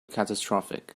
catastrophic